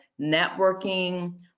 networking